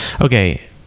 okay